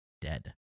dead